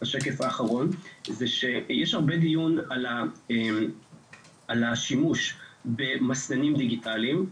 זה שיש הרבה דיון על השימוש במסננים דיגיטליים,